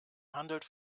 handelt